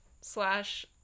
slash